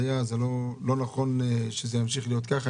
לא נכון שזה ימשיך להיות כך.